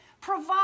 provide